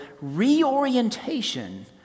reorientation